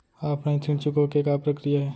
Offline ऋण चुकोय के का प्रक्रिया हे?